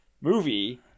movie